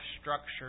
structure